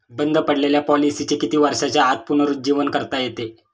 बंद पडलेल्या पॉलिसीचे किती वर्षांच्या आत पुनरुज्जीवन करता येते?